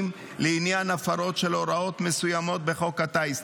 לעניין הפרות של הוראות מסוימות בחוק הטיס.